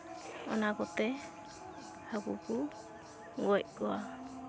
ᱚᱱᱟ ᱠᱚᱛᱮ ᱦᱟᱹᱠᱩ ᱠᱚ ᱜᱚᱡ ᱠᱚᱣᱟ